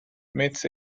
meets